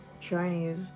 Chinese